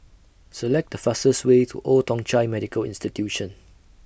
Select The fastest Way to Old Thong Chai Medical Institution